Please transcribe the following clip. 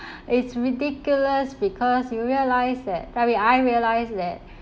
it's ridiculous because you realise that I mean I realise that